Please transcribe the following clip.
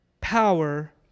power